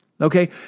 okay